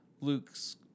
Luke's